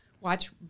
watch